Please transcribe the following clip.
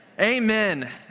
Amen